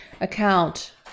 account